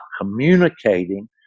communicating